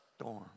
storm